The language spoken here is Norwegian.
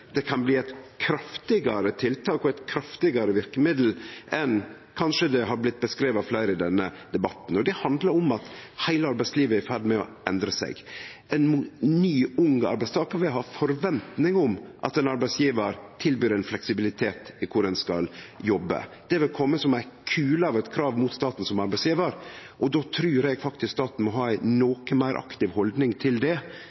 det kan bli eit kraftigare tiltak og eit kraftigare verkemiddel enn det kanskje er blitt beskrive som av fleire i denne debatten. Det handlar om at heile arbeidslivet er i ferd med å endre seg. Ein ny, ung arbeidstakar vil ha forventning om at ein arbeidsgjevar tilbyr ein fleksibilitet i kor ein skal jobbe. Det vil kome som ei kule av eit krav mot staten som arbeidsgjevar, og då trur eg faktisk staten må ha ei noko meir aktiv haldning til det.